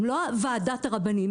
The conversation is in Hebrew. הם לא ועדת הרבנים,